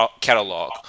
catalog